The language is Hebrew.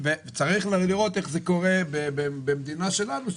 צריך לראות איך זה קורה במדינה שלנו,